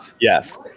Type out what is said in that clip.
Yes